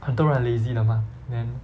很多人很 lazy 的 mah then